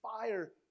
fire